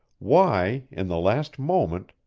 why, in the last moment,